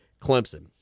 Clemson